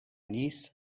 niece